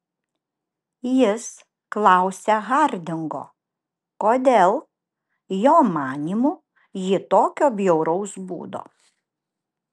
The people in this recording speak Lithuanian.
jis klausia hardingo kodėl jo manymu ji tokio bjauraus būdo